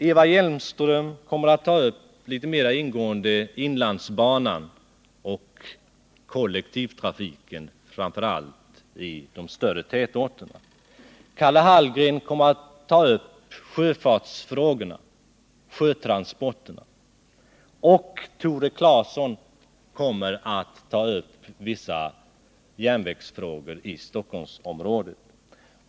Eva Hjelmström kommer mer ingående att ta upp frågan om inlandsbanan och kollektivtrafiken, framför allt i de större tätorterna, Karl Hallgren kommer att ta upp sjöfartsfrågorna, sjötransporterna, och Tore Claeson kommer att ta upp vissa järnvägsfrågor i Stockholmsområdet.